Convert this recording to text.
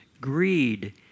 greed